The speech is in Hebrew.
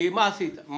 כי מה אמרת?